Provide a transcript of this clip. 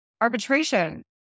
Arbitration